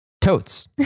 totes